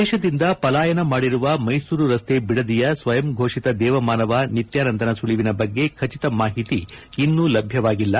ದೇಶದಿಂದ ಪಲಾಯನ ಮಾಡಿರುವ ಮೈಸೂರು ರಸ್ತೆ ಬಿಡದಿಯ ಸ್ವಯಂ ಘೋಷಿತ ದೇವಮಾನವ ನಿತ್ಯಾನಂದನ ಸುಳಿವಿನ ಬಗ್ಗೆ ಖಚಿತ ಮಾಹಿತಿ ಇನ್ನೂ ಲಭ್ಯವಾಗಿಲ್ಲ